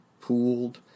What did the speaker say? pooled